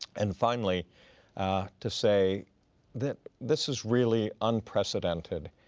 and finally to say that this is really unprecedented.